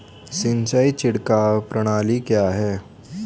सिंचाई छिड़काव प्रणाली क्या है?